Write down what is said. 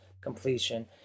completion